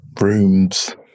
rooms